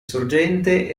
sorgente